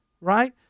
right